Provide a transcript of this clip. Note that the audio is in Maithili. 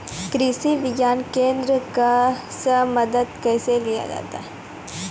कृषि विज्ञान केन्द्रऽक से मदद कैसे लिया जाय?